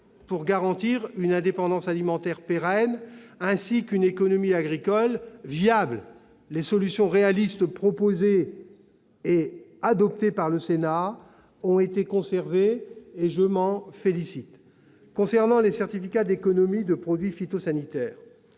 pour garantir une indépendance alimentaire pérenne, ainsi qu'une économie agricole viable. Les solutions réalistes proposées et adoptées par le Sénat ont été conservées. Je m'en félicite. Concernant les certificats d'économie de produits phytopharmaceutiques,